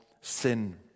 sin